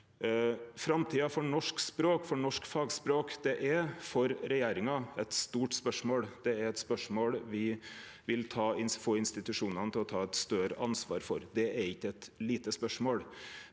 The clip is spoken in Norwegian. Framtida for norsk språk, for norsk fagspråk, er for regjeringa eit stort spørsmål. Det er eit spørsmål me vil få institusjonane til å ta eit større ansvar for. Det er ikkje eit lite spørsmål.